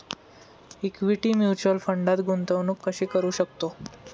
Equity mutual फंडात गुंतवणूक कशी करू शकतो?